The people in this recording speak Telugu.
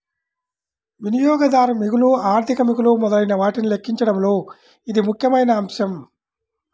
వినియోగదారు మిగులు, ఆర్థిక మిగులు మొదలైనవాటిని లెక్కించడంలో ఇది ముఖ్యమైన అంశం